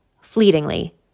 fleetingly